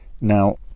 now